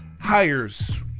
hires